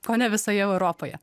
kone visoje europoje